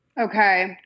Okay